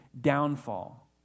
downfall